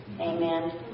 Amen